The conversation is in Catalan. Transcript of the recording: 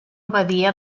badia